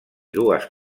dues